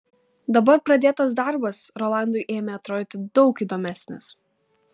dabar pradėtas darbas rolandui ėmė atrodyti daug įdomesnis